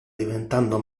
diventando